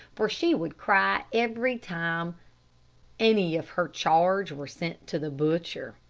for she would cry every time any of her charge were sent to the butcher.